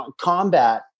combat